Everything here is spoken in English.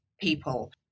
people